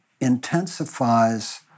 intensifies